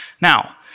Now